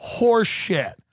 horseshit